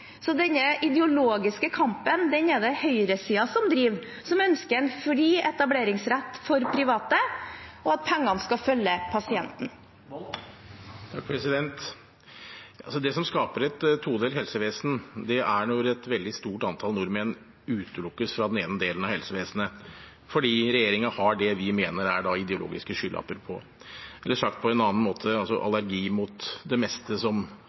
Så denne ideologiske kampen er det høyresiden som driver, som ønsker en fri etableringsrett for private og at pengene skal følge pasienten. Morten Wold – til oppfølgingsspørsmål. Det som skaper et todelt helsevesen, er når et veldig stort antall nordmenn utelukkes fra den ene delen av helsevesenet fordi regjeringen har det vi mener er ideologiske skylapper på – eller sagt på en annen måte: allergi mot det meste som